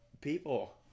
people